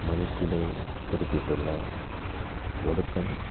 மதத்திலே குறிப்பிட்டுள்ள ஒழுக்கம்